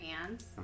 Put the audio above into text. hands